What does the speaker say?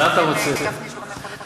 ועדת העבודה והרווחה.